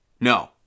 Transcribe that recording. No